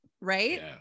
right